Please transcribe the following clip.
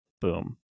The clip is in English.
Boom